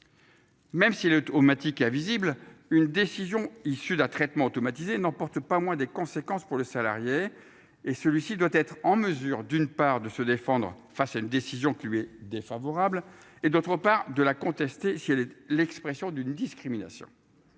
Même si automatique ah visible une décision issue d'un traitement automatisé n'emporte pas moins des conséquences pour le salarié et celui-ci doit être en mesure d'une part de se défendre face à une décision qui lui est défavorable et d'autre part de la contester, si elle est l'expression d'une discrimination.